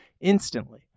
instantly